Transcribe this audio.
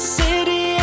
city